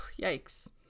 yikes